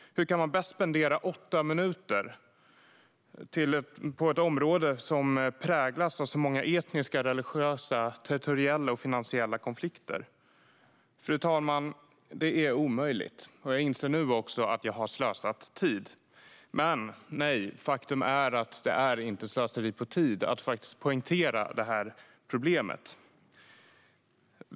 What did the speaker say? Hur kan man bäst spendera åtta minuter på ett område som präglas av så många etniska, religiösa, territoriella och finansiella konflikter? Fru talman! Det är omöjligt. Och jag inser nu att jag har slösat tid. Men, nej, faktum är att det är inte slöseri med tid att poängtera problemet.